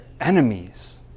enemies